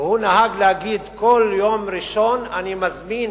והוא נהג להגיד: כל יום ראשון אני מזמין